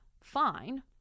fine